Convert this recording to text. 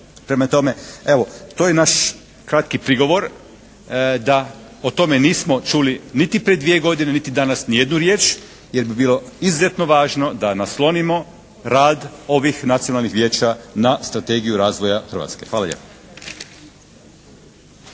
Prema tome, evo to je naš kratki prigovor da o tome nismo čuli niti prije dvije godine, niti danas ni jednu riječ jer bi bilo izuzetno važno da naslonimo rad ovih nacionalnih vijeća na strategiju razvoja Hrvatske. Hvala lijepo.